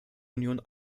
union